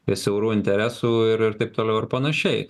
prie siaurų interesų ir ir taip toliau ir panašiai